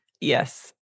Yes